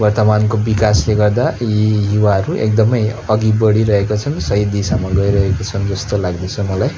वर्तमानको विकासले गर्दा यी युवाहरू एकदमै अघि बढिरहेको छन् सही दिशामा गइरहेको छन् जस्तो लाग्दैछ मलाई